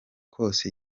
kose